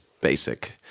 basic